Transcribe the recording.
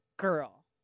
Girl